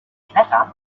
klettern